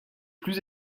plus